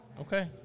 Okay